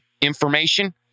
information